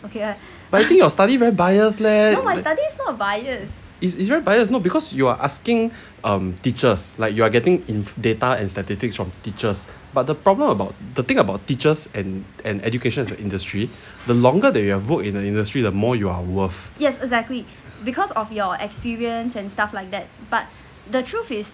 but I think your study very bias leh is is very bias no because you are asking um teachers like you are getting in~ data and statistics from teachers but the problem about the thing about teachers and an education industry the longer they have worked in the industry the more you are worth